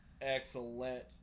Excellent